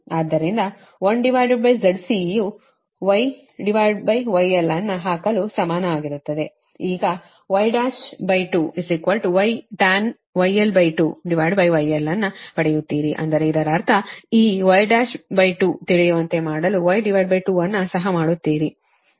ಆದ್ದರಿಂದ 1ZC ಯು Yγl ಅನ್ನು ಹಾಕಲು ಸಮಾನವಾಗಿರುತ್ತದೆ ಆಗ Y12Ytanh γl2 γl ಅನ್ನು ಪಡೆಯುತ್ತೀರಿ ಅಂದರೆ ಇದರ ಅರ್ಥ ಮತ್ತು ಈ Y12 ತಿಳಿಯುವಂತೆ ಮಾಡಲು Y2ಅನ್ನು ಸಹ ಮಾಡುತ್ತೀರಿ